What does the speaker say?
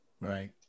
right